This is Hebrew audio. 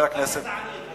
הצעה גזענית.